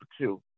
two